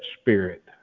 spirit